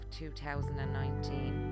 2019